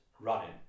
Running